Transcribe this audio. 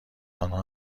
آنها